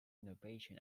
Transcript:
innovation